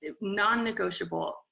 non-negotiable